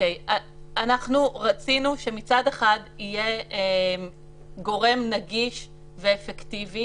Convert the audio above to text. אנחנו רצינו שמצד אחד יהיה גורם נגיש ואפקטיבי